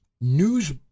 news